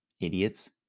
idiots